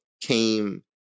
came